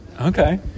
Okay